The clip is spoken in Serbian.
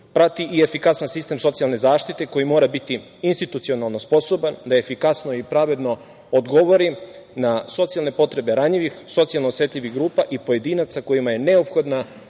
prati i efikasan sistem socijalne zaštite, koji mora biti institucionalno sposoban da efikasno i pravedno odgovori na socijalne potrebe ranjivih, socijalno osetljivih grupa i pojedinaca kojima je neophodna